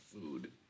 food